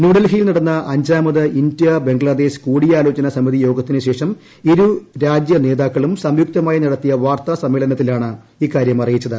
ന്യൂഡൽഹിയിൽ നടന്ന അഞ്ചാമത് ഇന്ത്യ ബംഗ്ലാദേശ് കൂടിയാലോചന സമിതിയോഗത്തിന് ശേഷം ഇരുരാജ്യ നേതാക്കളും സംയുക്തമായി നടത്തിയ വാർത്താ സമ്മേളനത്തിലാണ് ഇക്കാര്യം അറിയിച്ചത്